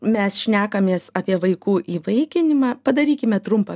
mes šnekamės apie vaikų įvaikinimą padarykime trumpą